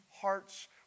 hearts